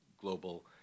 Global